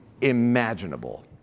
imaginable